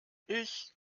ich